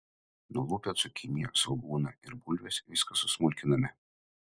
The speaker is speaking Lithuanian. nulupę cukiniją svogūną ir bulves viską susmulkiname